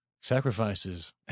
sacrifices